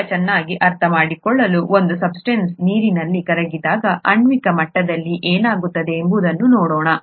ಸ್ವಲ್ಪ ಚೆನ್ನಾಗಿ ಅರ್ಥಮಾಡಿಕೊಳ್ಳಲು ಒಂದು ಸಬ್ಸ್ಟೆನ್ಸ್ ನೀರಿನಲ್ಲಿ ಕರಗಿದಾಗ ಆಣ್ವಿಕ ಮಟ್ಟದಲ್ಲಿ ಏನಾಗುತ್ತದೆ ಎಂಬುದನ್ನು ನೋಡೋಣ